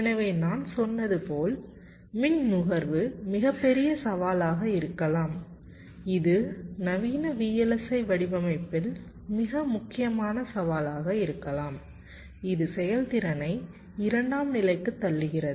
எனவே நான் சொன்னது போல் மின் நுகர்வு மிகப் பெரிய சவாலாக இருக்கலாம் இது நவீன VLSI வடிவமைப்பில் மிக முக்கியமான சவாலாக இருக்கலாம் இது செயல்திறனை இரண்டாம் நிலைக்குத் தள்ளுகிறது